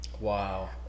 Wow